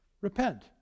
Repent